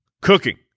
cooking